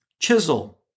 chisel